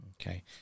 Okay